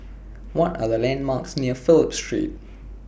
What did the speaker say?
What Are The landmarks near Phillip Street